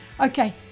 Okay